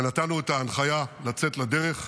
ונתנו את ההנחיה לצאת לדרך.